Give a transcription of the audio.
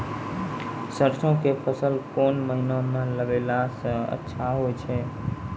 सरसों के फसल कोन महिना म लगैला सऽ अच्छा होय छै?